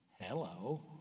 Hello